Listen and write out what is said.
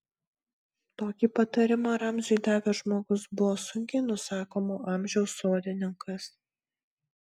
tokį patarimą ramziui davęs žmogus buvo sunkiai nusakomo amžiaus sodininkas